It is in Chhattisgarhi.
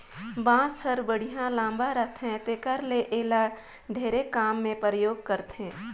बांस हर बड़िहा लाम रहथे तेखर ले एला ढेरे काम मे परयोग करथे